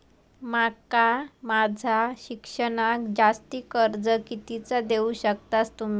माका माझा शिक्षणाक जास्ती कर्ज कितीचा देऊ शकतास तुम्ही?